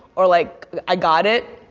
or like i got it,